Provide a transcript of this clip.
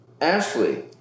Ashley